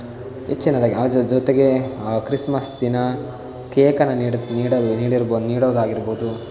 ಹೆಚ್ಚಿನದಾಗಿ ಅದರ ಜೊತೆಗೆ ಆ ಕ್ರಿಸ್ಮಸ್ ದಿನ ಕೇಕನ್ನು ನೀಡತ್ ನೀಡಲು ನೀಡಿರ್ಬೊ ನೀಡೋದಾಗಿರ್ಬೋದು